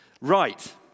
Right